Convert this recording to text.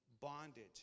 bondage